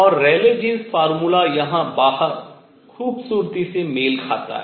और Rayleigh Jeans formula यहाँ बाहर खूबसूरती से मेल खाता है